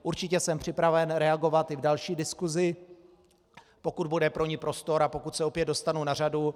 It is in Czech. Určitě jsem připraven reagovat i v další diskusi, pokud bude pro ni prostor a pokud se opět dostanu na řadu.